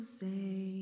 say